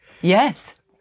Yes